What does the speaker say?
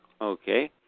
Okay